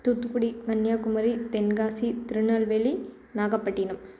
Thoothukudi Kanyakumari Tenkasi Tirunelveli Nagapattinam